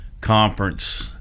conference